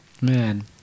Man